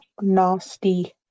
nasty